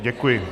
Děkuji.